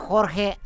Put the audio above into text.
Jorge